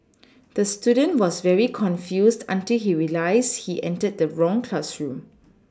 the student was very confused until he realised he entered the wrong classroom